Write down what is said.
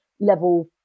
level